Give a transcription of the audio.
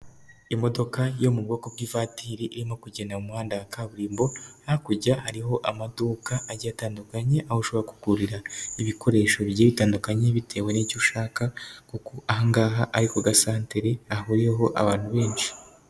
Imodoka yo mu bwoko bw'ivatiri irimo ku kugenda mu muhanda wa kaburimbo, hakurya hariho amaduka agiye atandukanye aho ushobora kugurira ibikoresho bigiye bitandukanye bitewe n'icyo ushaka, kuko ahangaha ari kugasatere, hahuriyeho abantu benshi.